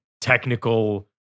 technical